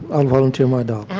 um volunteer my dog.